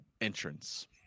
entrance